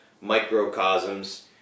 microcosms